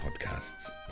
podcasts